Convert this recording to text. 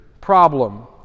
problem